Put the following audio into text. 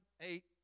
eight